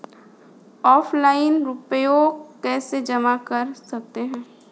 Offline रुपये कैसे जमा कर सकते हैं?